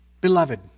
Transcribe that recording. Beloved